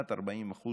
כמעט 40%